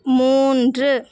மூன்று